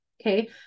okay